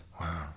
Wow